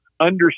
understand